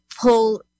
pull